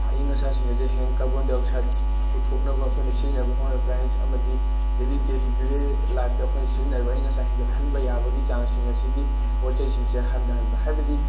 ꯑꯏꯪ ꯑꯁꯥꯁꯤꯡ ꯑꯁꯦ ꯍꯌꯦꯡ ꯀꯥꯔꯕꯣꯟ ꯗꯥꯏ ꯑꯣꯛꯁꯥꯏꯠ ꯄꯨꯊꯣꯛꯅꯕ ꯑꯩꯈꯣꯏꯅ ꯁꯤꯖꯤꯟꯅꯕ ꯍꯣꯝ ꯑꯦꯄ꯭ꯂꯥꯏꯌꯦꯟꯁ ꯑꯃꯗꯤ ꯗꯦꯂꯤ ꯗꯦ ꯇꯨ ꯗꯦ ꯂꯥꯏꯐꯇ ꯑꯩꯈꯣꯏꯅ ꯁꯤꯖꯤꯟꯅꯔꯤꯕ ꯑꯏꯪ ꯑꯁꯥ ꯍꯦꯟꯒꯠꯍꯟꯕ ꯌꯥꯕꯒꯤ ꯆꯥꯡꯁꯤꯡ ꯑꯁꯤꯒꯤ ꯄꯣꯠ ꯆꯩꯁꯤꯡꯁꯦ ꯍꯟꯊꯍꯟꯕ ꯍꯥꯏꯕꯗꯤ